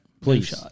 Please